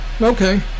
okay